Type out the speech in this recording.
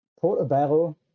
Portobello